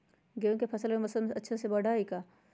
गेंहू के फ़सल रबी मौसम में अच्छे से बढ़ हई का?